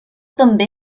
també